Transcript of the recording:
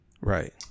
Right